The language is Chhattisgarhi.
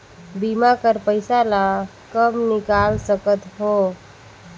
बीमा कर पइसा ला कब निकाल सकत हो?